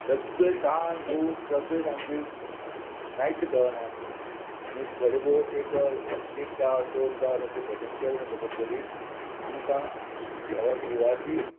सगळें तान भूक सगळें मागीर कांयत कळना अशें आनी थोडें भोव एक तास दोन तास अशें भजन केलें म्हणटकडरीत आमकां देवा देवाची